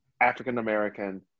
African-American